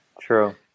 True